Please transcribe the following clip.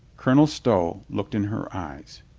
colonel stow looked in her eyes.